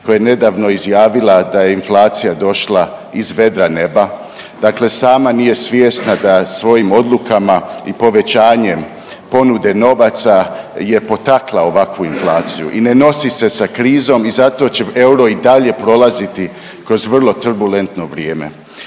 koja je nedavno izjavila da je inflacija došla iz vedra neba, dakle sama nije svjesna da svojim odlukama i povećanjem ponude novaca je potakla ovakvu inflaciju i ne nosi se sa krizom i zato će euro i dalje prolaziti kroz vrlo turbulentno vrijeme.